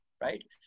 right